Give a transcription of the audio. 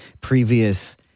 previous